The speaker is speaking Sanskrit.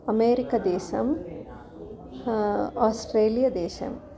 अमेरिकादेशः आस्ट्रेलियदेशः